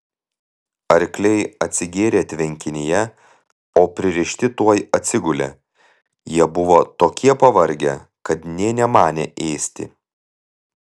arkliai atsigėrė tvenkinyje o pririšti tuoj atsigulė jie buvo tokie pavargę kad nė nemanė ėsti